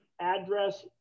address